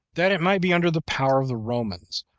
that it might be under the power of the romans,